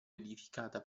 edificata